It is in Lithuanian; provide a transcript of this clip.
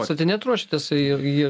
atstatinėt ruošiatės ir ir